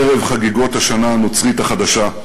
ערב חגיגות השנה הנוצרית החדשה.